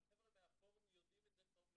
החבר'ה מהפורום יודעים את זה טוב מאוד,